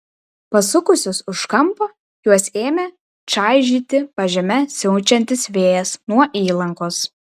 pasukusius už kampo juos ėmė čaižyti pažeme siaučiantis vėjas nuo įlankos